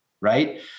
right